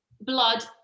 blood